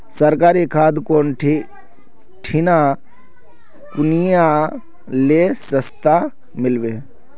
सरकारी खाद कौन ठिना कुनियाँ ले सस्ता मीलवे?